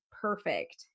perfect